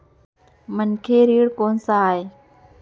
मनखे ऋण कोन स आय?